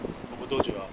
留不多久 liao